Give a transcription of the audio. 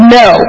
no